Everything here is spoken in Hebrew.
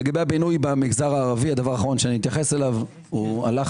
לגבי הבינוי במגזר הערבי הוא הלך,